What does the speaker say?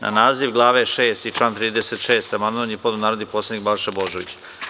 Na naziv glave VI i član 36. amandman je podneo narodni poslanik Balša Božović.